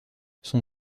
son